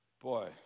Boy